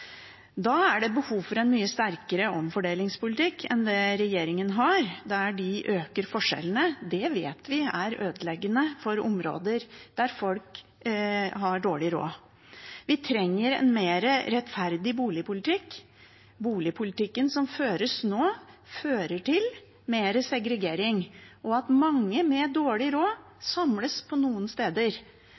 Da er det behov for en mye sterkere omfordelingspolitikk enn det regjeringen har, der regjeringen øker forskjellene. Det vet vi er ødeleggende for områder der folk har dårlig råd. Vi trenger en mer rettferdig boligpolitikk. Boligpolitikken som føres nå, fører til mer segregering, og at mange med dårlig råd samles på noen steder.